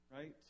right